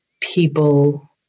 people